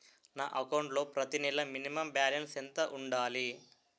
నా అకౌంట్ లో ప్రతి నెల మినిమం బాలన్స్ ఎంత ఉండాలి?